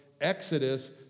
Exodus